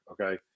okay